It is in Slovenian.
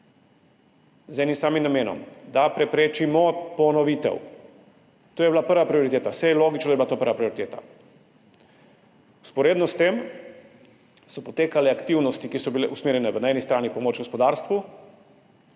Z enim samim namenom: da preprečimo ponovitev. To je bila prva prioriteta. Saj je logično, da je bila to prva prioriteta. Vzporedno s tem so potekale aktivnosti, ki so bile usmerjene na eni strani v pomoč gospodarstvu.